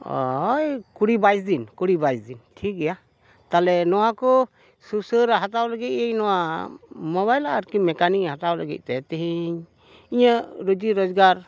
ᱦᱳᱭ ᱠᱩᱲᱤ ᱵᱟᱭᱤᱥ ᱫᱤᱱ ᱠᱩᱲᱤ ᱵᱟᱭᱤᱥ ᱫᱤᱱ ᱴᱷᱤᱠ ᱜᱮᱭᱟ ᱛᱟᱦᱚᱞᱮ ᱱᱚᱣᱟ ᱠᱚ ᱥᱩᱥᱟᱹᱨ ᱦᱟᱛᱟᱣ ᱞᱟᱹᱜᱤᱫ ᱤᱧ ᱱᱚᱣᱟ ᱢᱚᱵᱟᱭᱤᱞ ᱟᱨᱠᱤ ᱢᱮᱠᱟᱱᱤᱠ ᱦᱟᱛᱟᱣ ᱞᱟᱹᱜᱤᱫᱼᱛᱮ ᱛᱤᱦᱤᱧ ᱤᱧᱟᱹᱜ ᱨᱩᱡᱤ ᱨᱚᱡᱽᱜᱟᱨ